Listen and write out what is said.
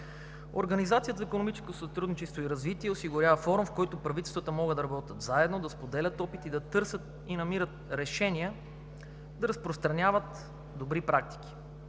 Организацията за икономическо сътрудничество и развитие осигурява форум, в който правителствата могат да работят заедно, да споделят опит и да търсят и намират решения, да разпространяват добри практики.